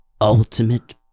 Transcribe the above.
Ultimate